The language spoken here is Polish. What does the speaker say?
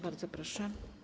Bardzo proszę.